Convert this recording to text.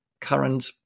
current